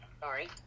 Sorry